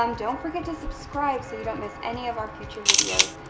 um don't forget to subscribe so you don't miss any of our future videos.